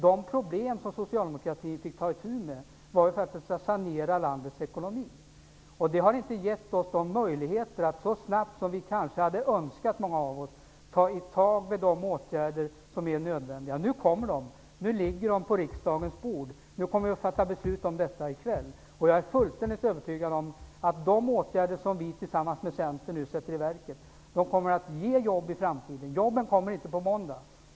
De problem som socialdemokratin fick ta itu med var faktiskt att sanera landets ekonomi. Det har inte gett oss de möjligheter att så snabbt som många av oss kanske hade önskat vidta de åtgärder som är nödvändiga. Nu kommer de. Nu ligger de på riksdagens bord. Vi kommer att fatta beslut om dem i kväll. Jag är fullständigt övertygad om att de åtgärder som vi tillsammans med Centern sätter i verket kommer att ge jobb i framtiden. Jobben kommer inte på måndag.